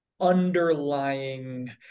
underlying